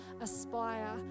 aspire